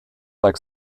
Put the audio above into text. like